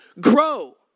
grow